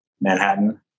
Manhattan